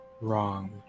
wrong